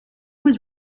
was